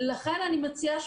לכן אני מציעה,